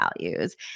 values